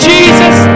Jesus